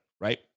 right